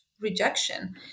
rejection